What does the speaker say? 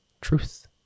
truth